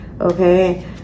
okay